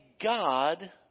God